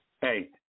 Hey